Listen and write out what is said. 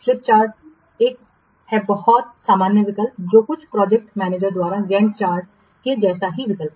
slip chart एक है बहुत समान विकल्प जो कुछ प्रोजेक्ट मैनेजरस द्वारा गैंट चार्ट के जैसा विकल्प हैं